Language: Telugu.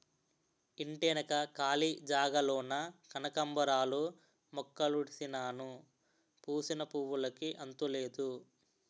ఇంటెనక కాళీ జాగాలోన కనకాంబరాలు మొక్కలుడిసినాను పూసిన పువ్వులుకి అంతులేదు